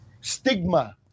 stigma